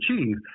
achieve